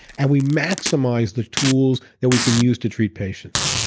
and we maximize the tools that we can use to treat patients.